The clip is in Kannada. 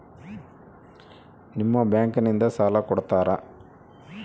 ನಿಮ್ಮ ಬ್ಯಾಂಕಿನಿಂದ ಸಾಲ ಕೊಡ್ತೇರಾ?